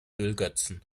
ölgötzen